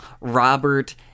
Robert